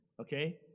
okay